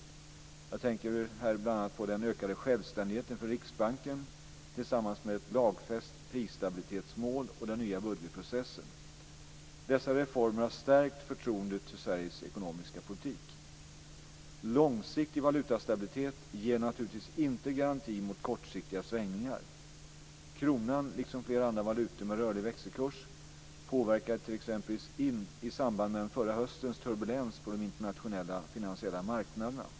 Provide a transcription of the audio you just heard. Jag tänker här på bl.a. den ökade självständigheten för Riksbanken tillsammans med ett lagfäst prisstabilitetsmål och den nya budgetprocessen. Dessa reformer har stärkt förtroendet för Sveriges ekonomiska politik. Långsiktig valutastabilitet ger naturligtvis inte garanti mot kortsiktiga svängningar. Kronan, liksom flera andra valutor med rörlig växelkurs, påverkades t.ex. i samband med förra höstens turbulens på de internationella finansiella marknaderna.